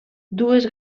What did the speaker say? dues